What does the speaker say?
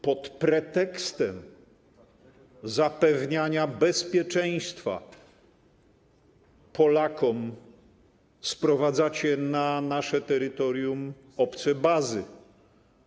Pod pretekstem zapewniania bezpieczeństwa Polakom sprowadzacie na nasze terytorium obce bazy, wojska.